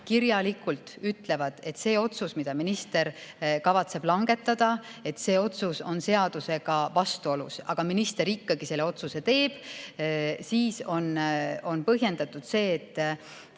kirjalikult ütlevad, et see otsus, mille minister kavatseb langetada, on seadusega vastuolus. Aga kui minister ikkagi selle otsuse teeb, siis on põhjendatud, et